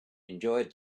enjoyed